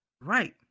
right